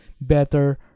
better